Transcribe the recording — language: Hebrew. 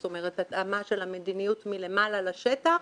זאת אומרת התאמה של המדיניות מלמעלה לשטח